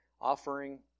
offering